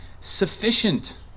sufficient